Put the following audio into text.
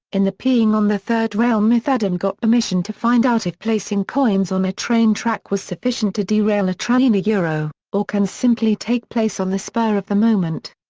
in the peeing on the third rail myth adam got permission to find out if placing coins on a train track was sufficient to derail a train yeah or can simply take place on the spur of the moment.